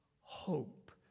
hope